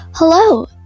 Hello